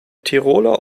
tiroler